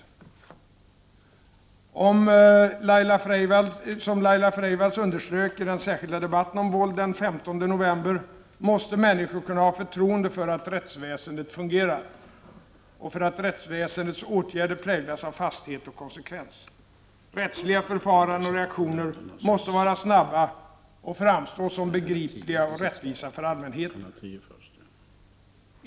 Som Laila Freivalds underströk i den särskilda debatten om våld den 15 november måste människor kunna ha förtroende för att rättsväsendet fungerar och för att rättsväsendets åtgärder präglas av fasthet och konsekvens. Rättsliga förfaranden och reaktioner måste vara snabba och framstå som begripliga och rättvisa för allmänheten.